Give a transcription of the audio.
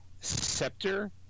Scepter